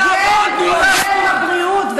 פוגע בבריאות.